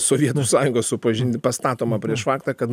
sovietų sąjungos supažindin pastatoma prieš faktą kad